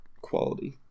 quality